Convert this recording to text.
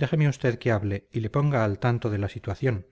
déjeme usted que hable y le ponga al tanto de la situación